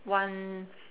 one